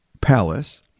Palace